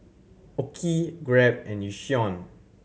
OKI Grab and Yishion